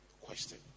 question